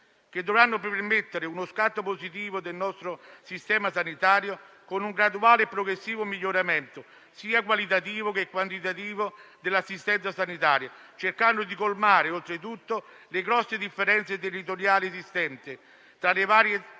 che dovranno permettere uno scatto positivo del nostro Sistema sanitario, con un graduale e progressivo miglioramento, sia qualitativo che quantitativo, dell'assistenza sanitaria, cercando di colmare, oltretutto, le naturali differenze territoriali esistenti tra le varie zone